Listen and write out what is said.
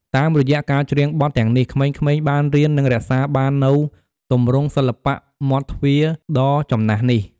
តាមរយៈការច្រៀងបទទាំងនេះ ក្មេងៗបានរៀន និងរក្សាបាននូវទម្រង់សិល្បៈមាត់ទ្វារដ៏ចំណាស់នេះ។